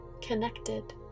connected